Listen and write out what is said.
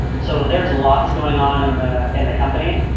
so there're lots going on in the in the company,